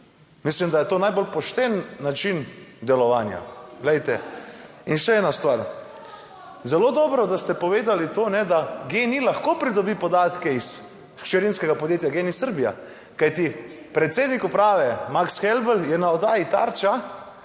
Mislim, da je to najbolj pošten način delovanja, glejte. In še ena stvar, zelo dobro, da ste povedali to, da GEN-I lahko pridobi podatke iz hčerinskega podjetja GEN-I Srbija. Kajti predsednik uprave Max Helbel je na oddaji Tarča